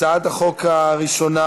הצעת החוק הראשונה: